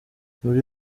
muri